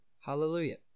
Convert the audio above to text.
Hallelujah